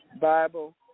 Bible